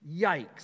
Yikes